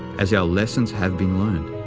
as our lessons have been learned.